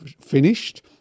finished